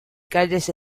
calles